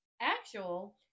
Actual